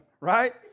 Right